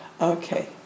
Okay